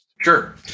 Sure